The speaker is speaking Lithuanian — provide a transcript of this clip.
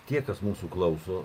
tie kas mūsų klauso